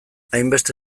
hainbeste